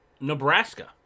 Nebraska